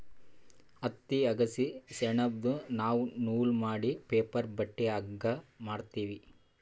ಹತ್ತಿ ಅಗಸಿ ಸೆಣಬ್ದು ನಾವ್ ನೂಲ್ ಮಾಡಿ ಪೇಪರ್ ಬಟ್ಟಿ ಹಗ್ಗಾ ಮಾಡ್ತೀವಿ